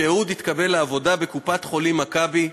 אהוד התקבל לעבודה בקופת-חולים "מכבי",